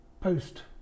post